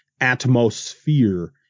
Atmosphere